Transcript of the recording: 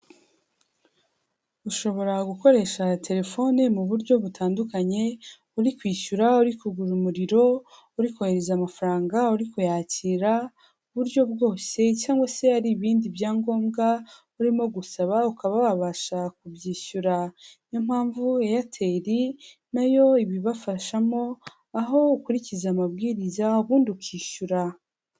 Ushobora gukoresha telefone mu buryo butandukanye: uri kwishyura, uri kugura umuriro, uri kohereza amafaranga, uri kuyakira, uburyo bwose cyangwa se ari ibindi byangombwa urimo gusaba ukaba wabasha kubyishyura. Ni yo mpamvu Eyateri na yo ibibafashamo aho ukurikiza amabwiriza ubundi ukishyura.